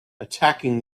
attacking